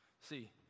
See